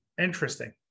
interesting